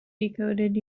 decoded